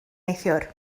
neithiwr